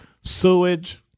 sewage